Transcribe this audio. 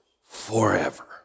forever